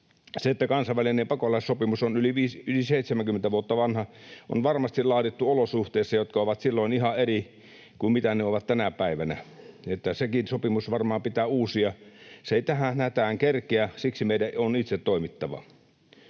tekoja. Kansainvälinen pakolaissopimus on yli 70 vuotta vanha, ja se on varmasti laadittu olosuhteissa, jotka ovat olleet silloin ihan eri kuin mitä ne ovat tänä päivänä, niin että sekin sopimus varmaan pitää uusia. Se ei tähän hätään kerkeä, siksi meidän on itse toimittava.